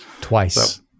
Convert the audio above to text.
Twice